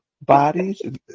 bodies